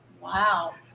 Wow